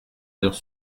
heures